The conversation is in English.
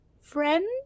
friend